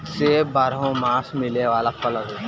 सेब बारहोमास मिले वाला फल हवे